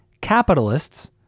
capitalists